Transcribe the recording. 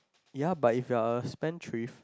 ya but if you are a spendthrift